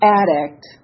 addict